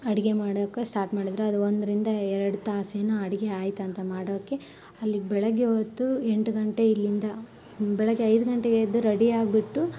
ಅಡುಗೆ ಮಾಡೋಕೆ ಸ್ಟಾರ್ಟ್ ಮಾಡಿದ್ರು ಅದು ಒಂದರಿಂದ ಎರಡು ತಾಸು ಏನು ಅಡುಗೆ ಆಯ್ತು ಅಂತ ಮಾಡೋಕೆ ಅಲ್ಲಿ ಬೆಳಗ್ಗೆ ಹೊತ್ತು ಎಂಟು ಗಂಟೆಯಿಂದ ಬೆಳಗ್ಗೆ ಐದು ಗಂಟೆಗೆ ಎದ್ದು ರೆಡಿ ಆಗಿಬಿಟ್ಟು